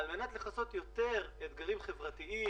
נאמרו פה הרבה דברים ואני לא רוצה לחזור עליהם,